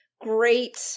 great